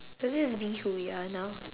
let's just be who we are now